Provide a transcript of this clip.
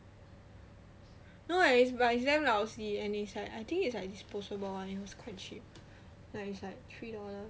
no eh it's but damn lousy and it's like I think it's like disposable one and it's quite cheap like it's like three dollar